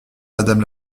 madame